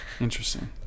Interesting